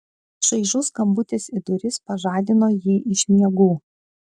čaižus skambutis į duris pažadino jį iš miegų